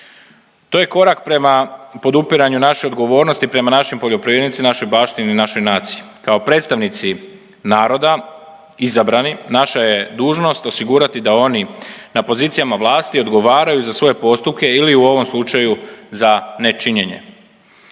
To je korak prema podupiranju naše odgovornosti prema našim poljoprivrednicima, našoj baštini, našoj naciji. Kao predstavnici naroda izabrani naša je dužnost osigurati da oni na pozicijama vlasti odgovaraju za svoje postupke ili u ovom slučaju za nečinjenje.